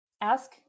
ask